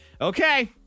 Okay